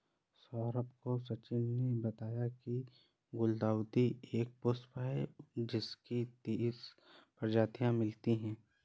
सौरभ को सचिन ने बताया की गुलदाउदी एक पुष्प है जिसकी तीस प्रजातियां मिलती है